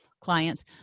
clients